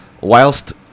whilst